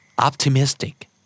Optimistic